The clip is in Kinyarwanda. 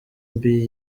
mbi